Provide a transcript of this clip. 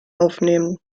aufnehmen